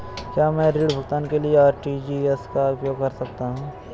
क्या मैं ऋण भुगतान के लिए आर.टी.जी.एस का उपयोग कर सकता हूँ?